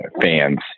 fans